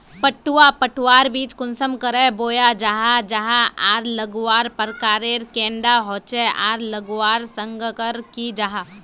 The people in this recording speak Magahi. पटवा पटवार बीज कुंसम करे बोया जाहा जाहा आर लगवार प्रकारेर कैडा होचे आर लगवार संगकर की जाहा?